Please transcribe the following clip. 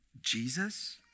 Jesus